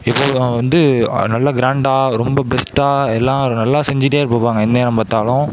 எப்போதும் வந்து நல்ல கிராண்டாக ரொம்ப பெஸ்ட்டாக எல்லாம் நல்லா செஞ்சுட்டே இருப்பாங்க எந்நேரம் பார்த்தாலும்